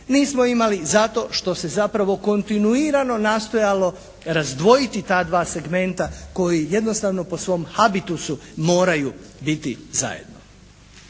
Nismo imali zato što se zapravo kontinuirano nastojalo razdvojiti ta dva segmenta koji jednostavno po svom habitusu moraju biti zajedno.